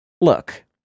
look